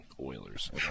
Oilers